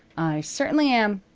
i certainly am,